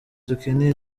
dukeneye